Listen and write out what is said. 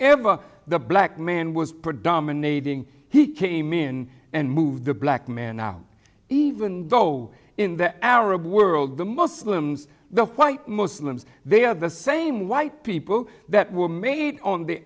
ever the black man was predominating he came in and moved the black man now even though in the arab world the muslims the white muslims they are the same white people that were made on the